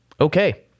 Okay